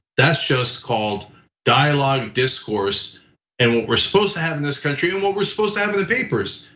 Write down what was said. that's just called dialogue discourse and what we're supposed to have in this country and what we're supposed to have in the papers,